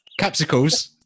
Capsicles